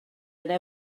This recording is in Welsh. yna